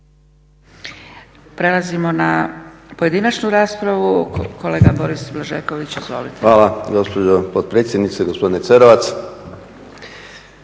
Prelazimo na pojedinačnu raspravu, kolega Boris Blažeković. Izvolite. **Blažeković, Boris (HNS)** Hvala gospođo potpredsjednice. Gospodine Cerovac.